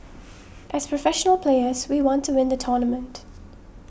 as professional players we want to win the tournament